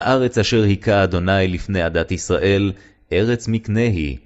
ארץ אשר היכה ה' לפני הדת ישראל, ארץ מקנהי.